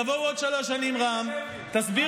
נניח, בועז, אני זורם איתכם, נניח